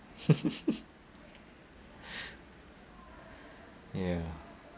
ya